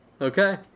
Okay